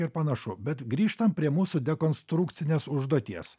ir panašu bet grįžtam prie mūsų dekonstrukcinės užduoties